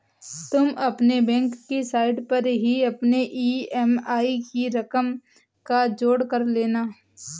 तुम अपने बैंक की साइट पर ही अपने ई.एम.आई की रकम का जोड़ कर लेना